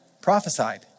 prophesied